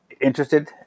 interested